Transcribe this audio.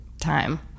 time